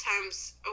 times